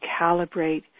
calibrate